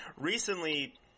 Recently